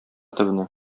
төбенә